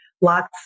lots